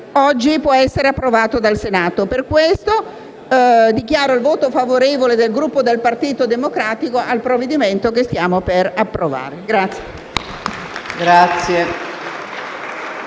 oggi può essere approvato dal Senato. Per questa ragione, dichiaro il voto favorevole del Gruppo del Partito Democratico al provvedimento che stiamo per approvare.